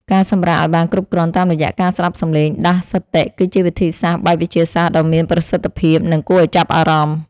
ការសម្រាកឱ្យបានគ្រប់គ្រាន់តាមរយៈការស្តាប់សំឡេងដាស់សតិគឺជាវិធីសាស្ត្របែបវិទ្យាសាស្ត្រដ៏មានប្រសិទ្ធភាព និង គួរឱ្យចាប់អារម្មណ៍។